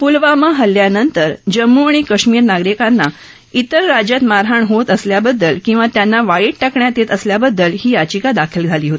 पुलवामा हल्ल्यानंतर जम्मू आणि कश्मीरी नागरिकांना त्विर राज्यात मारहाण होत असल्याबद्दल किंवा त्यांना वाळीत टाकण्यात येत असल्याबद्दल ही याचिका दाखल झाली आहे